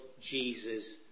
Jesus